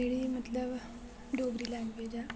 जेह्ड़ी मतलब डोगरी लैंगुएज ऐ